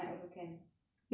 you like to drive a lot ah